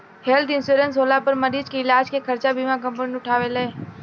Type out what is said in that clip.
health insurance होला पर मरीज के इलाज के खर्चा बीमा कंपनी उठावेले